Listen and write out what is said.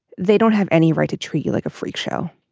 they don't have any right to treat you like a freak show.